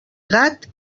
gat